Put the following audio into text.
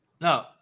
No